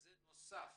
זה בנוסף,